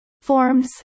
Forms